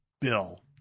bill